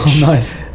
Nice